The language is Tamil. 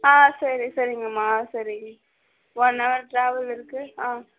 ஆ சரி சரிங்கம்மா சரி ஒன் ஹவர் ட்ராவல் இருக்குது ஆ